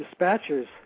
dispatchers